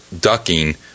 ducking